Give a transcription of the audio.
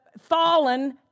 fallen